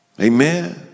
Amen